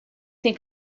sem